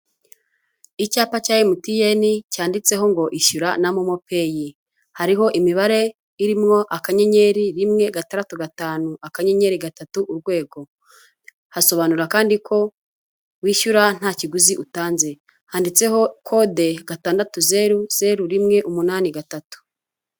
Icyapa cya MTN cyanditseho ngo : "Ishyura na momopeyi." Hariho imibare irimo akanyenyeri, rimwe, gataradatu, gatanu, akanyenyeri, gatatu, urwego. Hasobanura kandi ko wishyura nta kiguzi utanze. Handitseho kode gatandatu, zeru, zeru, rimwe, umunani, gatatu.